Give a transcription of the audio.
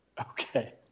Okay